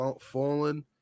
falling